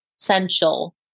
essential